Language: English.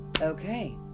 okay